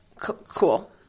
Cool